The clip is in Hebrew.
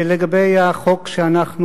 לגבי החוק שאנחנו